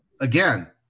Again